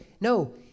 No